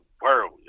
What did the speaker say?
world